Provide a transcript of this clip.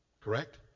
correct